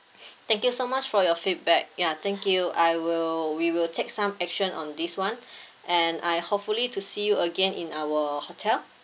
thank you so much for your feedback ya thank you I will we will take some action on this [one] and I hopefully to see you again in our hotel